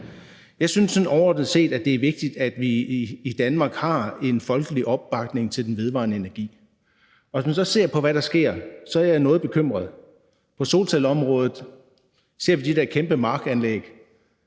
Jeg synes overordnet set, at det er vigtigt, at vi i Danmark har en folkelig opbakning til den vedvarende energi, og hvis man så ser på, hvad der sker, er jeg noget bekymret. På solcelleområdet ser vi de der kæmpe markanlæg,